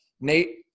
Nate